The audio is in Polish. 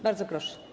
Bardzo proszę.